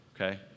okay